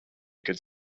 could